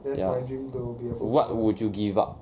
ya what would you give up